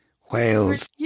whales